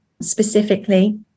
specifically